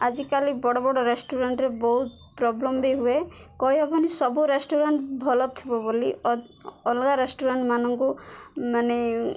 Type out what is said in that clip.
ଆଜିକାଲି ବଡ଼ ବଡ଼ ରେଷ୍ଟୁରାଣ୍ଟ୍ରେ ବହୁତ ପ୍ରୋବ୍ଲେମ୍ବି ହୁଏ କହିହବନି ସବୁ ରେଷ୍ଟୁରାଣ୍ଟ୍ ଭଲ ଥିବ ବୋଲି ଅଲଗା ରେଷ୍ଟୁରାଣ୍ଟ୍ ମାନଙ୍କୁ ମାନେ